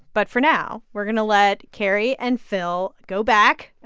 but for now we're going to let carrie and phil go back,